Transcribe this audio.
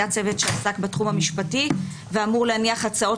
היה צוות שעסק בתחום המשפטי ואמור להניח הצעות